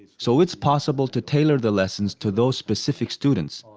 so it's possible to tailor the lessons to those specific students.